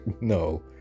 No